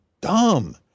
dumb